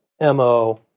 mo